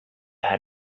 had